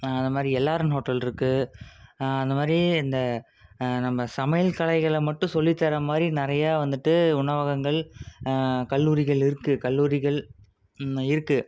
அதை மாதிரி LRN hotel இருக்குது அந்தமாதிரி இந்த நம்ம சமையல் கலைகளை மட்டும் சொல்லித்தர்றமாதிரி நிறையா வந்துட்டு உணவகங்கள் கல்லூரிகள் இருக்குது கல்லூரிகள் இருக்குது